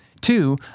Two